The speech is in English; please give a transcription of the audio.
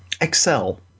Excel